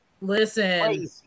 Listen